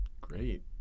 great